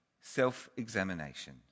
self-examination